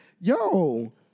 Yo